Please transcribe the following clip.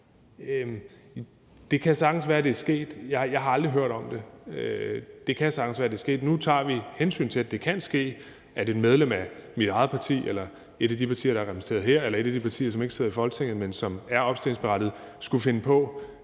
Det kan sagtens være, at det er sket. Jeg har aldrig hørt om det, men det kan sagtens være, at det er sket. Nu tager vi et hensyn til, at det kan ske, at et medlem af mit eget parti eller et af de partier, der er repræsenteret her, eller et af de partier, der ikke sidder i Folketinget, men som er opstillingsberettiget, skulle finde på